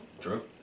True